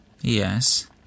Yes